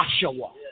Joshua